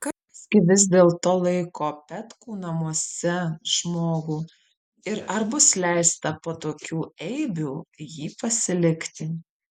kas gi vis dėlto laiko petkų namuose žmogų ir ar bus leista po tokių eibių jį pasilikti